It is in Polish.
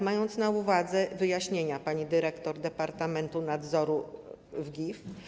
Mając na uwadze wyjaśnienia pani dyrektor Departamentu Nadzoru w GIF.